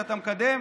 שאתה מקדם,